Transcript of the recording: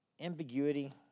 ambiguity